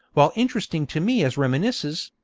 while interesting to me as reminiscences,